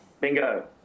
Bingo